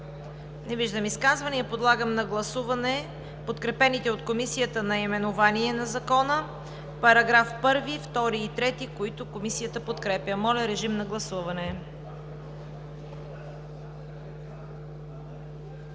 Не виждам изказвания. Подлагам на гласуване подкрепените от Комисията наименование на Закона, параграфи 1, 2 и 3, които Комисията подкрепя. Гласували